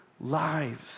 lives